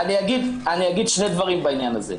אני אגיד שני דברים בעניין הזה,